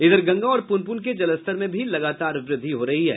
इधर गंगा और पुनपुन के जलस्तर में भी लगातार वृद्धि हो रही है